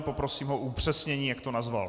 Poprosím ho o upřesnění, jak to nazval.